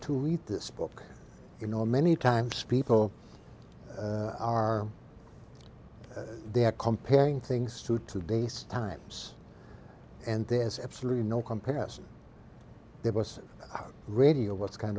to read this book you know many times people are comparing things to today's times and there's absolutely no comparison there was radio what's kind